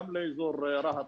גם לרהט,